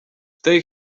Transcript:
tej